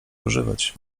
używać